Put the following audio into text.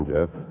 Jeff